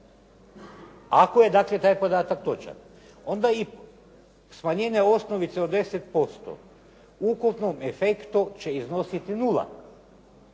dakle taj podatak točan onda i smanjenje osnovice od 10% u ukupnom efektu će iznositi nula.